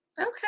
Okay